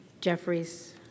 Jeffries